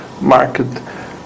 market